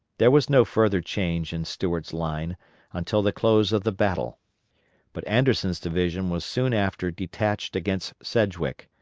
there was no further change in stuart's line until the close of the battle but anderson's division was soon after detached against sedgwick.